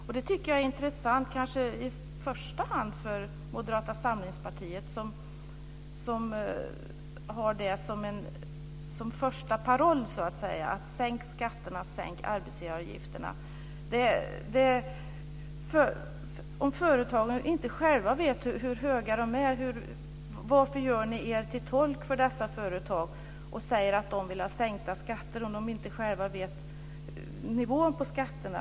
Jag tycker att det är intressant. Moderata samlingspartiet har ju som första paroll: Sänk skatterna, sänk arbetsgivaravgifterna! Om inte företagen själva vet hur höga avgifterna är, varför gör ni er till tolk för dessa företag och säger att de vill ha sänkta skatter? De vet ju inte själva nivån på skatterna.